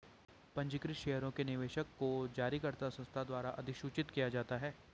पंजीकृत शेयरों के निवेशक को जारीकर्ता संस्था द्वारा अधिसूचित किया जाता है